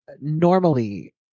normally